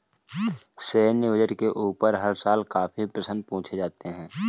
सैन्य बजट के ऊपर हर साल काफी प्रश्न पूछे जाते हैं